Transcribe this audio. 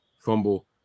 fumble